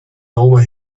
over